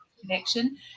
connection